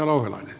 kiitos